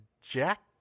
Jack